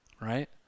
right